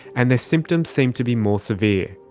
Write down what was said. and their symptoms seem to be more severe.